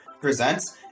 presents